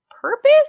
purpose